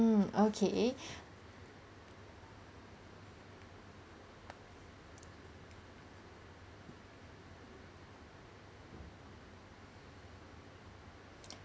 ~(mm) okay